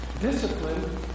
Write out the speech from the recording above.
Discipline